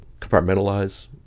compartmentalize